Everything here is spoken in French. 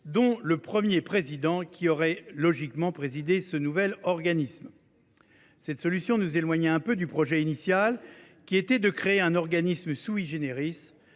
dont le Premier président, qui aurait logiquement présidé le nouvel organisme. Cette solution nous éloignait un peu du projet initial, qui consistait à créer un organisme, plus tourné